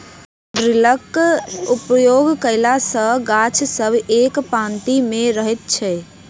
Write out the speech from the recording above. seed ड्रिलक उपयोग कयला सॅ गाछ सब एक पाँती मे रहैत छै